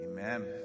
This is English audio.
Amen